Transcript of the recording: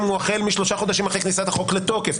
הוא החל משלושה חודשים אחרי כניסת החוק לתוקף.